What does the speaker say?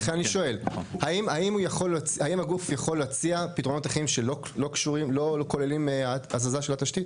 האם הגוף יכול להציע פתרונות אחרים שלא כוללים הזזה של התשתית?